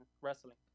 wrestling